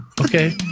Okay